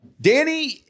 Danny